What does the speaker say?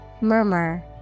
Murmur